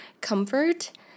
comfort